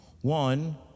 One